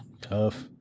Tough